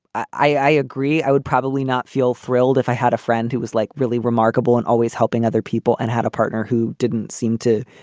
i agree. i would probably not feel thrilled if i had a friend who was like really remarkable and always helping other people and had a partner who didn't seem to,